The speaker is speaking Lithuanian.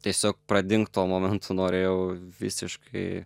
tiesiog pradingt tuo momentu norėjau visiškai